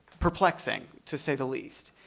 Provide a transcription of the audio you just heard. perplexing, to say the least.